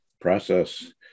process